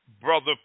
Brother